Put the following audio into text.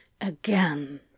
Again